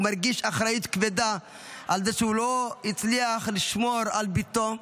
הוא מרגיש אחריות כבדה על זה שהוא לא הצליח לשמור על בתו.